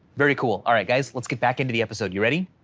very cool. all right, guys, let's get back into the episode. you ready?